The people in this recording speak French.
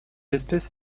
espèce